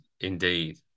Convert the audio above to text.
indeed